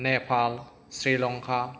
Nepal Sri Lanka